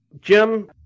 Jim